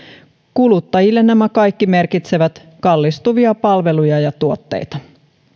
kuluttajille nämä kaikki merkitsevät kallistuvia palveluja ja tuotteita